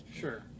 sure